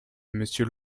monsieur